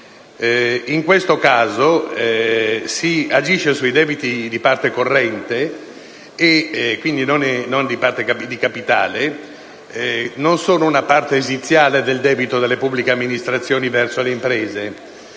In questo caso si agisce sui debiti di parte corrente, quindi non di parte capitale, e non sono una parte esiziale del debito delle pubbliche amministrazioni verso le imprese.